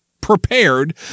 prepared